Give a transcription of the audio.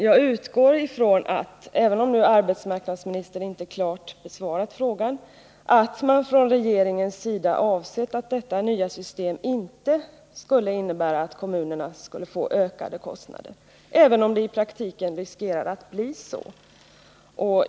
Jag utgår från att regeringen, trots att arbetsmarknadsministern nu inte klart besvarat frågan, avsett att detta nya system inte skulle innebära att kommunerna får ökade kostnader, även om det i praktiken riskerar att bli så.